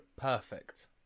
perfect